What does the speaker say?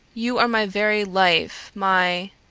you are my very life, my